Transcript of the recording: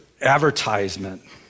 advertisement